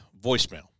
voicemail